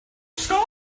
scott